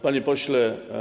Panie Pośle!